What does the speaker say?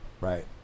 right